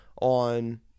on